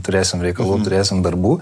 turėsim reikalų turėsim darbų